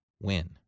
win